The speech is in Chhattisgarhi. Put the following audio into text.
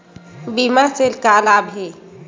बीमा से का लाभ हे?